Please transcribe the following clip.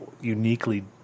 uniquely